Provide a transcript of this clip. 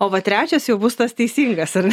o va trečias jau bus tas teisingas ar